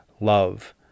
love